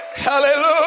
Hallelujah